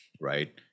right